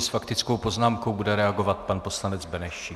S faktickou poznámkou bude reagovat pan poslanec Benešík.